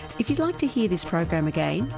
if you'd like to hear this program again,